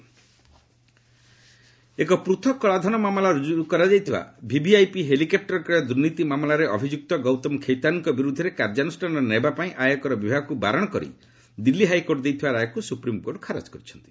SC Khaitan ଏକ ପୃଥକ କଳାଧନ ମାମଲା ରୁଜୁ କରାଯାଇଥିବା ଭିଭିଆଇପି ହେଲିକପ୍ଟର କ୍ରୟ ଦୁର୍ନୀତି ମାମଲାରେ ଅଭିଯୁକ୍ତ ଗୌତମ ଖୈତାନ୍ଙ୍କ ବିରୁଦ୍ଧରେ କାର୍ଯ୍ୟାନୁଷ୍ଠାନ ନେବା ପାଇଁ ଆୟକର ବିଭାଗକୁ ବାରଣ କରି ଦିଲ୍ଲୀ ହାଇକୋର୍ଟ ଦେଇଥିବା ରାୟକୁ ସୁପ୍ରିମ୍କୋର୍ଟ ଖାରଜ କରିଛନ୍ତି